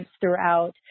throughout